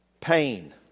Pain